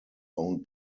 owned